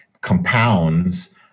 compounds